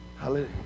Hallelujah